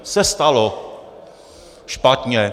Se stalo... špatně.